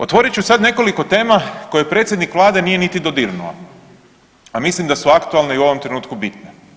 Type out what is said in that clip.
Otvorit ću sad nekoliko tema koje predsjednik Vlade nije niti dodirnuo, a mislim da su aktualne i u ovom trenutku bitne.